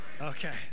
Okay